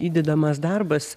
įdedamas darbas